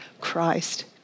Christ